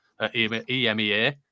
EMEA